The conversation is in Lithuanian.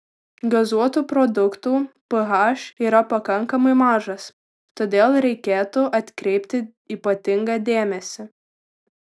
gazuotų produktų ph yra pakankamai mažas todėl reikėtų atkreipti ypatingą dėmesį